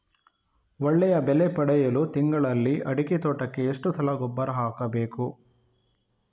ಒಳ್ಳೆಯ ಬೆಲೆ ಪಡೆಯಲು ತಿಂಗಳಲ್ಲಿ ಅಡಿಕೆ ತೋಟಕ್ಕೆ ಎಷ್ಟು ಸಲ ಗೊಬ್ಬರ ಹಾಕಬೇಕು?